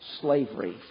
slavery